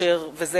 ויופיע,